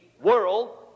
world